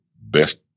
best